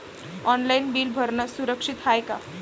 Online bill भरनं सुरक्षित हाय का?